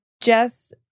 Jess